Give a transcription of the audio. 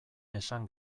esan